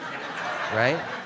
right